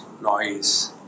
noise